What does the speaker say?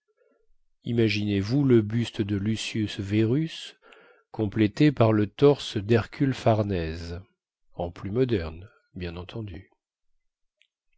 imaginez-vous le buste de lucius verus complété par le torse dhercule farnèse en plus moderne bien entendu